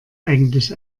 eigentlich